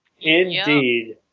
Indeed